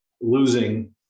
losing